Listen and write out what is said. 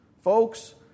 Folks